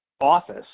office